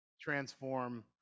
transform